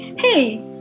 Hey